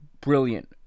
brilliant